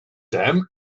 damn